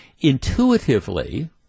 intuitively